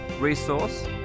resource